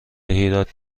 هیراد